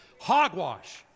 Hogwash